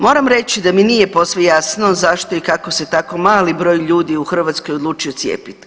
Moram reći da mi nije posve jasno zašto i kako se tako mali broj ljudi u Hrvatskoj odlučio cijepit.